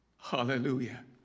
Hallelujah